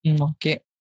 Okay